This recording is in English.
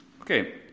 Okay